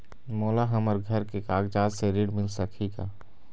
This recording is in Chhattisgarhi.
मोला हमर घर के कागजात से ऋण मिल सकही का?